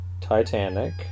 Titanic